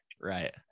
Right